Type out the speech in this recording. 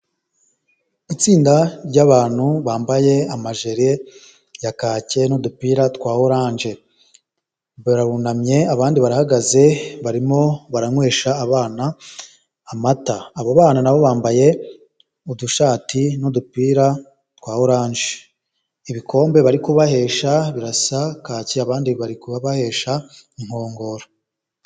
Itsinda ry'abantu bambaye amajiri ya kake n'udupira twa oranje. bararunamye abandi barahagaze barimo baranywesha abana amata, abo bana nabo bambaye udushati n'udupira twa oranje, ibikombe bari kubahesha birasa kake abandi bari kubahesha inkongoro.